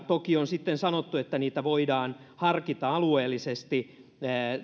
toki on sitten sanottu että niitä voidaan harkita alueellisesti